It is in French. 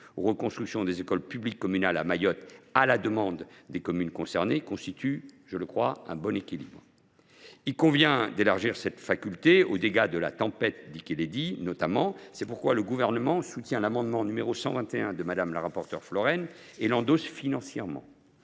de reconstruction des écoles publiques communales à Mayotte à la demande des communes concernées, permet d’atteindre un bon équilibre. Il convient d’élargir cette faculté aux dégâts de la tempête Dikeledi notamment. C’est pourquoi le Gouvernement soutient l’amendement n° 121 de Mme la rapporteure Isabelle Florennes et l’endosse financièrement.